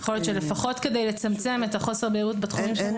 יכול להיות שלפחות כדי לצמצם את חוסר הבהירות בתחום.